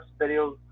videos